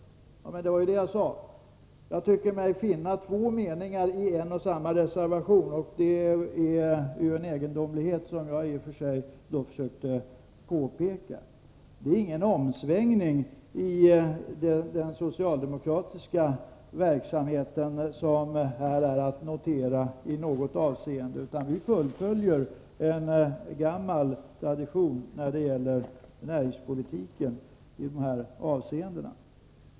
Det var också det jag sade: Jag tycker mig finna två meningar i en och samma reservation. Det är ju en egendomlighet, som jag alltså försökte påpeka. Det har inte skett någon omsvängning i den socialdemokratiska verksamheten, utan vi fullföljer en gammal tradition när det gäller näringspolitiken i dessa avseenden.